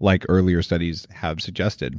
like earlier studies have suggested.